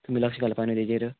तुमी लक्ष घालपा न्हू तेजेर